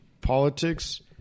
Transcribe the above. politics